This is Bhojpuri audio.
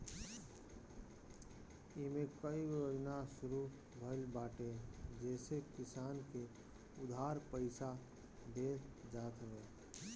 इमे कईगो योजना शुरू भइल बाटे जेसे किसान के उधार पईसा देहल जात हवे